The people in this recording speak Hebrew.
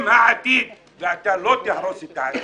הם העתיד, ואתה לא תהרוס את העתיד.